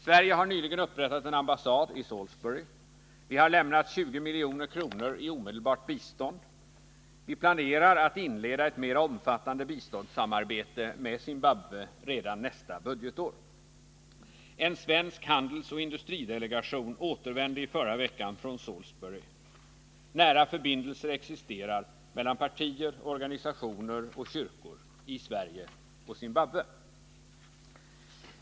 Sverige har nyligen upprättat en ambassad i Salisbury, vi har lämnat 20 milj.kr. i omedelbart bistånd och vi planerar att inleda ett mera omfattande biståndsarbete med Zimbabwe redan nästa budgetår. En svensk handelsoch industridelegation återvände i förra veckan från Salisbury. Nära förbindelser existerar mellan partier, organisationer och kyrkor i Sverige och Zimbabwe.